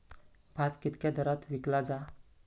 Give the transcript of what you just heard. भात कित्क्या दरात विकला जा?